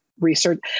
research